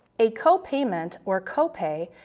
a copayment, or copay,